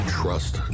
trust